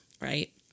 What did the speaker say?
right